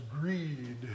greed